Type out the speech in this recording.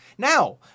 Now